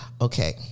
Okay